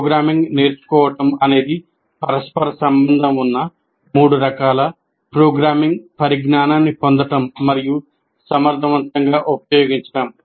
programming నేర్చుకోవడం అనేది పరస్పర సంబంధం ఉన్న మూడు రకాల ప్రోగ్రామింగ్ పరిజ్ఞానాన్ని పొందడం మరియు సమర్థవంతంగా ఉపయోగించడం